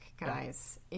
guys